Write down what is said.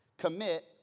Commit